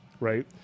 right